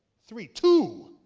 three, two,